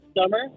summer